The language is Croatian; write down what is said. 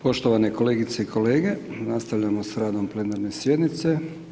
Poštovane kolegice i kolege, nastavljamo s radom plenarne sjednice.